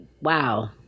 wow